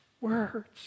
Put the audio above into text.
words